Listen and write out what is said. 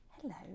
Hello